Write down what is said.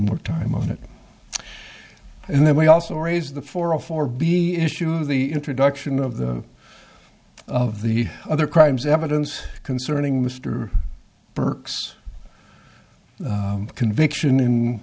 more time on it and then we also raise the four a four b issue of the introduction of the of the other crimes evidence concerning mr burke's conviction in